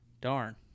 darn